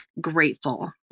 grateful